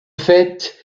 fait